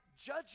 judge